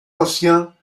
ancien